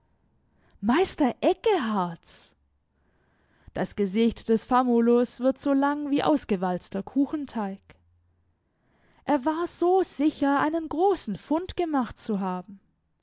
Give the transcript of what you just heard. meister eckeharts das gesicht des famulus wird so lang wie ausgewalzter kuchenteig er war so sicher einen großen fund gemacht zu haben